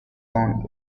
loan